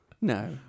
No